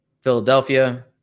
Philadelphia